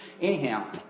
Anyhow